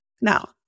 Now